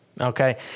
Okay